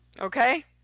Okay